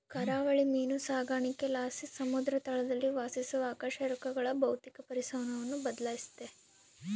ಕರಾವಳಿ ಮೀನು ಸಾಕಾಣಿಕೆಲಾಸಿ ಸಮುದ್ರ ತಳದಲ್ಲಿ ವಾಸಿಸುವ ಅಕಶೇರುಕಗಳ ಭೌತಿಕ ಪರಿಸರವನ್ನು ಬದ್ಲಾಯಿಸ್ತತೆ